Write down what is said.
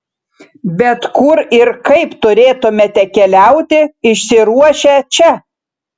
bet kur ir kaip turėtumėte keliauti išsiruošę čia